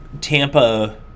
Tampa